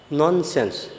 nonsense।